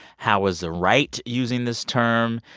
how is the right using this term?